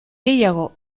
gehiago